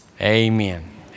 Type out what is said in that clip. amen